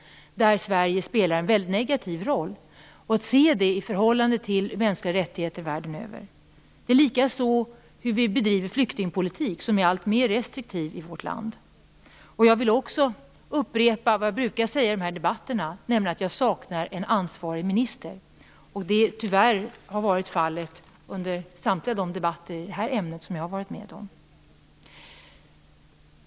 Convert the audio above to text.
Där spelar Sverige en mycket negativ roll. Det borde ses i förhållande till de mänskliga rättigheterna världen över. Det handlar också om hur vi bedriver flyktingpolitik. Den blir alltmer restriktiv i vårt land. Jag vill också upprepa vad jag brukar säga i dessa debatter, nämligen att jag saknar en ansvarig minister. Det har tyvärr varit fallet under samtliga de debatter i det här ämnet som jag har varit med om.